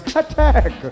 attack